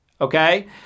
Okay